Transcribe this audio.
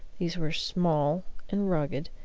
these were small and rugged,